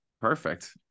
Perfect